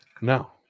no